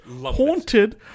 haunted